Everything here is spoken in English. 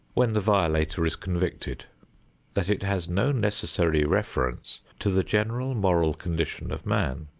when the violator is convicted that it has no necessary reference to the general moral condition of man.